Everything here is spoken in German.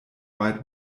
wide